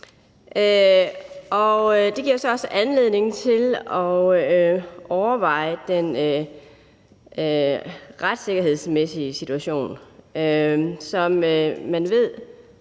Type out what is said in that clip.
Det giver så også anledning til at overveje den retssikkerhedsmæssige situation. Som man ved,